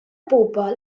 bobl